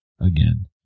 again